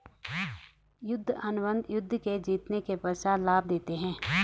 युद्ध अनुबंध युद्ध के जीतने के पश्चात लाभ देते हैं